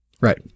right